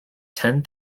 ten